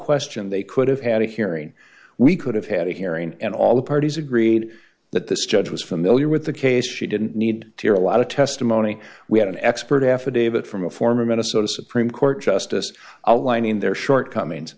question they could have had a hearing we could have had a hearing and all the parties agreed that this judge was familiar with the case she didn't need to hear a lot of testimony we had an expert affidavit from a former minnesota supreme court justice aligning their shortcomings